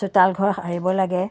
চোতাল ঘৰ সাৰিব লাগে